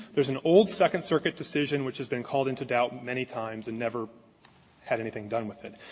there's an old second circuit decision which has been called into doubt many times and never had anything done with it.